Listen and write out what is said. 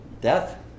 death